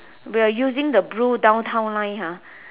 we're using the blue downtown line ah